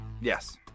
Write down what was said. Yes